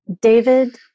David